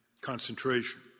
concentration